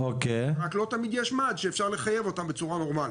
רק לא תמיד יש מד שאפשר לחייב אותם בצורה נורמלי.